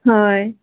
হয়